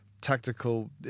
tactical